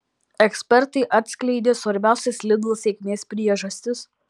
ekspertai atskleidė svarbiausias lidl sėkmės priežastis